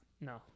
No